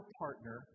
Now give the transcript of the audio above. partner